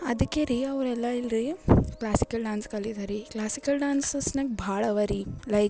ಅದಕ್ಕೆ ರೀ ಅವರೆಲ್ಲಇಲ್ರಿ ಕ್ಲಾಸಿಕಲ್ ಡಾನ್ಸ್ ಕಲಿಲಿಲ್ಲ ರೀ ಕ್ಲಾಸಿಕಲ್ ಡಾನ್ಸಸ್ ನಂಗೆ ಭಾಳ ಅವರಿ ಲೈಕ್